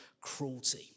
cruelty